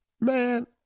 Man